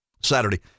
Saturday